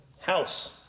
house